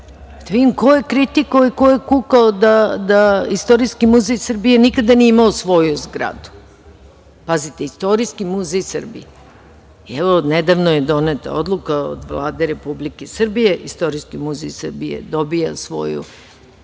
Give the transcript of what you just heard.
vidim ko je kritikovao i ko je kukao, da Istorijski muzej Srbije nikada nije imao svoju zgradu. Pazite, istorijski muzej Srbije. Odnedavno je doneta odluka od Vlade Republike Srbije, Istorijski muzej Srbije dobija svoju